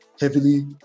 heavily